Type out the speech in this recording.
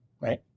right